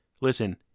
listen